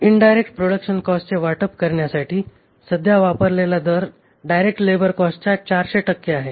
indirect production कॉस्टचे वाटप करण्यासाठी सध्या वापरलेला दर डायरेक्ट लेबर कॉस्टच्या 400 टक्के आहे